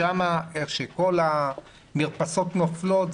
איך שכל המרפסות נופלות.